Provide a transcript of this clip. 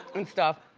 and stuff.